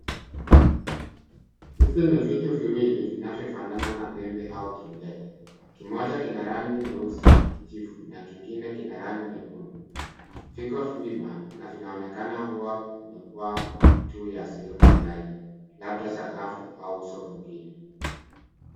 Hivi ni vitu viwili vinavyofanana na pembe au kibeti. Kimoja kina rangi nyeusi kijivu na kingine kina rangi nyekundu. Viko wima na vinaonekana kuwa vimetwaa juu ya sehemu fulani, labda sakafu au uso mwingine.